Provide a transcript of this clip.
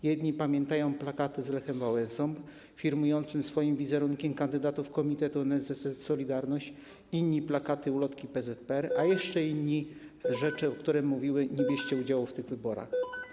Jedni pamiętają plakaty z Lechem Wałęsą firmującym swoim wizerunkiem kandydatów Komitetu NSZZ ˝Solidarność˝, inni plakaty, ulotki PZPR, a jeszcze inni rzeczy o którym mówiły: nie bierzcie udziału w tych wyborach.